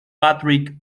patrick